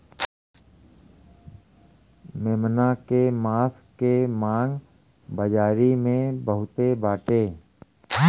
मेमना के मांस के मांग बाजारी में बहुते बाटे